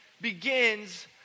begins